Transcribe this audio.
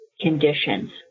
conditions